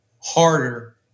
harder